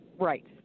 Right